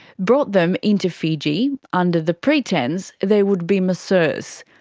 brought them into fiji under the pretence they would be masseurs.